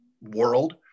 world